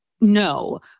No